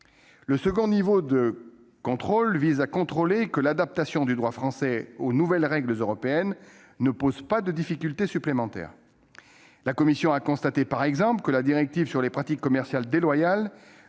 Le deuxième niveau de contrôle a visé à s'assurer que l'adaptation du droit français aux nouvelles règles européennes ne posait pas de difficultés supplémentaires. Par exemple, la commission a constaté que la directive sur les pratiques commerciales déloyales